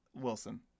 Wilson